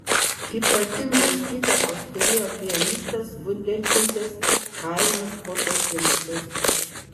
ypatingos įtakos turėjo pianistas vunderkindas chaimas potašinskas